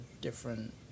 different